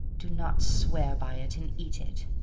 do not swear by it, and eat it.